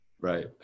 Right